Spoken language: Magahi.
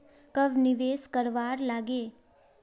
कब निवेश करवार लागे?